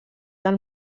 del